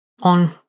on